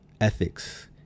ethics